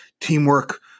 teamwork